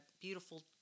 beautiful